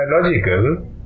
biological